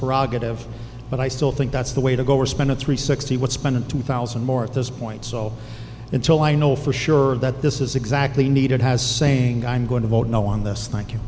prerogative but i still think that's the way to go or spend a three sixty what spending two thousand more at this point so until i know for sure that this is exactly needed has saying i'm going to vote no on th